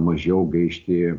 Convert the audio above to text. mažiau gaišti